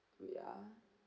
wait ah